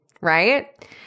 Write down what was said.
Right